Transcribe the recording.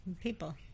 people